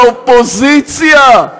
באופוזיציה,